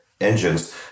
engines